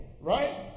Right